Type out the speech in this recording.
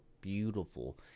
beautiful